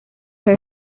her